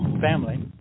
family